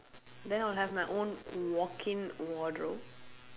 then I will have my own walk in wardrobe